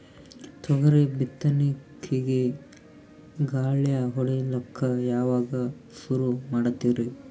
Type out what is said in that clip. ತೊಗರಿ ಬಿತ್ತಣಿಕಿಗಿ ಗಳ್ಯಾ ಹೋಡಿಲಕ್ಕ ಯಾವಾಗ ಸುರು ಮಾಡತೀರಿ?